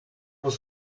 was